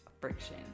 friction